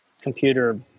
computer